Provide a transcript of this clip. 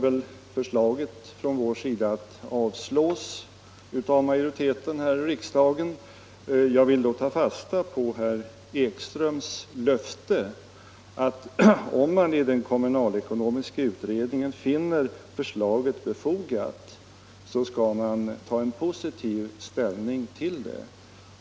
Vårt förslag kommer väl att avslås av majoriteten i riksdagen. Jag vill då ta fasta på herr Ekströms löfte att om man i den kommunalekonomiska utredningen finner förslaget befogat skall man ta positiv ställning till det.